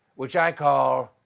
which i call